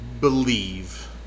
believe